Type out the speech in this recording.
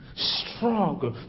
Stronger